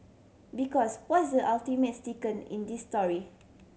because what's the ultimate in this story